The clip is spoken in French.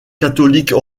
catholiques